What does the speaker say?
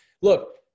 look